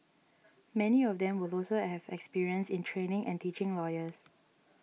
many of them will also have experience in training and teaching lawyers